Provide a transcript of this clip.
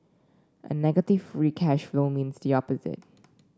a negative free cash flow means the opposite